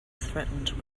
threatened